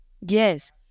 yes